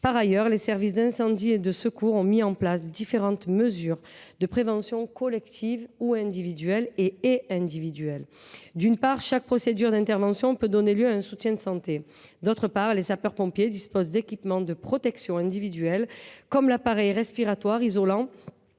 Par ailleurs, les Sdis ont mis en place différentes mesures de prévention collective et individuelle : d’une part, chaque procédure d’intervention peut donner lieu à un soutien en matière de santé ; d’autre part, les sapeurs pompiers disposent d’équipements de protection individuelle, comme l’appareil respiratoire isolant